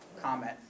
comment